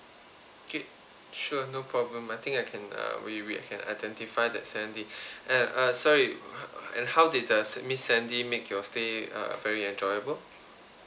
okay sure no problem I think I can uh we we can identify that sandy and uh sorry and how did the miss sandy make your stay uh very enjoyable